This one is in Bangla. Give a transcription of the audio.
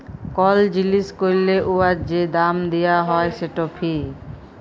কল জিলিস ক্যরলে উয়ার যে দাম দিয়া হ্যয় সেট ফি